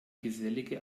gesellige